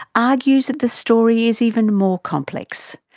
argues that the story is even more complex,